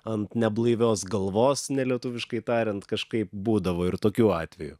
ant neblaivios galvos nelietuviškai tariant kažkaip būdavo ir tokių atvejų